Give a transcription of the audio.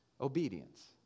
Obedience